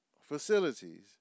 facilities